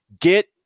get